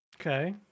Okay